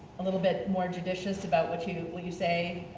a little bit more judicious about what you what you say?